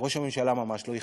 לראש הממשלה זה ממש לא אכפת.